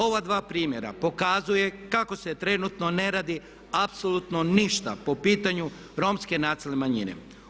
Ova dva primjera pokazuju kako se trenutno ne radi apsolutno ništa po pitanju Romske nacionalne manjine.